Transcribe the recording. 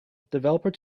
developer